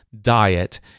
diet